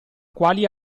quali